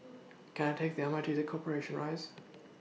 Can I Take The M R T to Corporation Rise